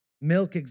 Milk